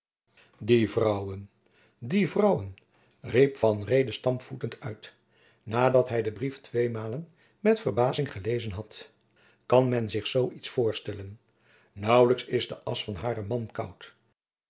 die vrouwen die vrouwen riep van reede stampvoetend uit nadat hij den brief tweemalen met verbazing gelezen had kan men zich zoo iets voorstellen naauwlijks is de asch van haren man koud